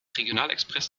regionalexpress